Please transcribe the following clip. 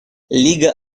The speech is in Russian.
лига